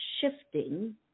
shifting